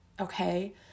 Okay